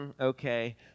okay